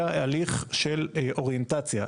אלא הליך של אוריינטציה.